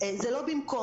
זה לא במקום.